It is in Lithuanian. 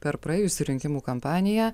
per praėjusių rinkimų kampaniją